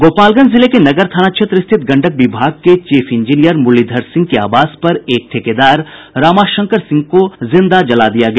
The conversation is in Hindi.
गोपालगंज जिले के नगर थाना क्षेत्र स्थित गंडक विभाग के चीफ इंजीनियर मुरलीधर सिंह के आवास पर एक ठेकेदार रामा शंकर सिंह को जिंदा जला दिया गया